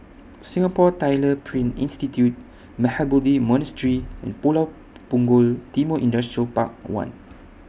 Singapore Tyler Print Institute Mahabodhi Monastery and Pulau Punggol Timor Industrial Park one